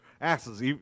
asses